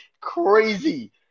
crazy